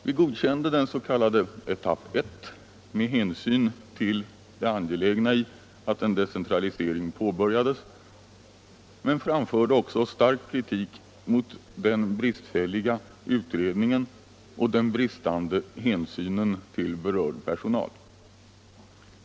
Vi godkände den s.k. etapp I med hänsyn till det angelägna i att en decentralisering påbörjades men framförde också stark kritik mot den bristfälliga utredningen och den bristande hänsynen till berörd personal.